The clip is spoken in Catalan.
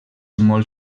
molt